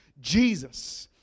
Jesus